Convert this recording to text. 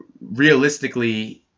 realistically